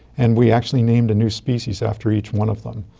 and we actually named a new species after each one of them.